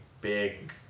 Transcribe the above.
big